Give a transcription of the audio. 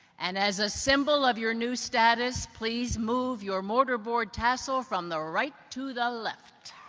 and as a symbol of your new status, please move your mortarboard tassel from the right to the left.